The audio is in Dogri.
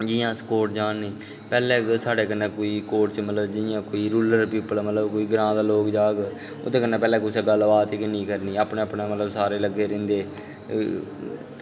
जि'यां अस कोर्ट जन्ने पैह्ले अगर साढ़ै कन्नै कोई बी जि'यां मतलब कोई रुरल प्यूपल मतलब कोई ग्रांऽ दा लोग जाह्ग ओह्दै कन्नै मतलब पैह्लें कुसै गल्ल गै निं करनी अपने अपने सारे लग्गे दे रौंह्दे